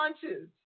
punches